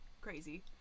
crazy